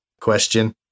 question